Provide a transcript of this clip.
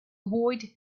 avoid